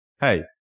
hey